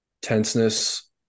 tenseness